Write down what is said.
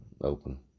open